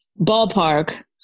Ballpark